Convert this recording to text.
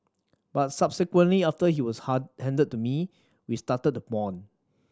but subsequently after he was hard handed to me we started to bond